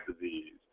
disease